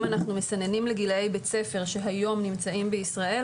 אם אנחנו מסננים לגילי בית ספר שהיום נמצאים בישראל,